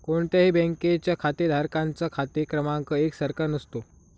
कोणत्याही बँकेच्या खातेधारकांचा खाते क्रमांक एक सारखा नसतो